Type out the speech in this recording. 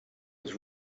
was